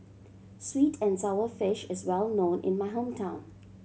sweet and sour fish is well known in my hometown